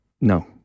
No